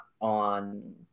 on